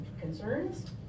concerns